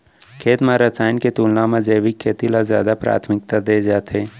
खेत मा रसायन के तुलना मा जैविक खेती ला जादा प्राथमिकता दे जाथे